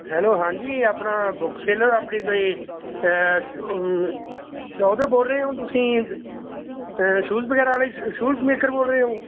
hello ਹਾਂਜੀ ਆਪਣਾ books seller ਆਪਣੀ ਤੇ ਸ਼ੋਪ ਤੋਂ ਬੋਲ ਰਹੇ ਹੋ ਤੁਸੀਂ ਸ਼ੂਜ ਵਗੈਰਾ ਦੇ ਸ਼ੂਜ ਮੇਕਰ ਬੋਲ ਰਹੇ ਹੋ